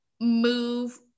move